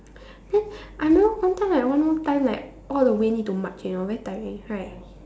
then I remember one time like one more time like all the way need to march you know very tiring right